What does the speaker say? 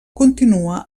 continua